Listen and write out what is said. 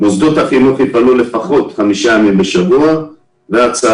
מוסדות החינוך יפעלו לפחות 5 ימים בשבוע והצהרונים,